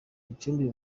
gicumbi